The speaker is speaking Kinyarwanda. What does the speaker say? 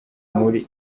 muri